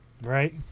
Right